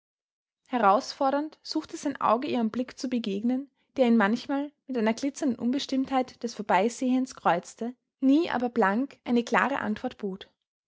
herausfordernd suchte sein auge ihrem blick zu begegnen der ihn manchmal mit einer glitzernden unbestimmtheit des vorbeisehens kreuzte nie aber blank eine klare antwort bot